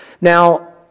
Now